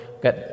got